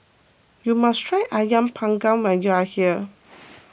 you must try Ayam Panggang when you are here